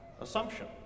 assumption